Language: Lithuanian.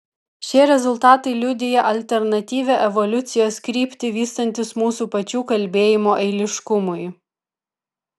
šie rezultatai liudija alternatyvią evoliucijos kryptį vystantis mūsų pačių kalbėjimo eiliškumui